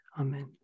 Amen